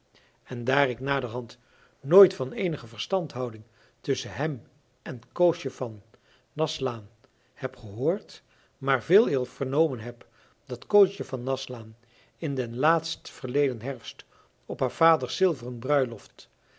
en daar ik naderhand nooit van eenige verstandhouding tusschen hem en koosje van naslaan heb gehoord maar veeleer vernomen heb dat koosje van naslaan in den laatst verleden herfst op haar vaders zilveren bruiloft